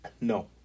No